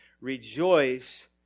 Rejoice